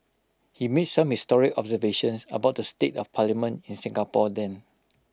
he made some historic observations about the state of parliament in Singapore then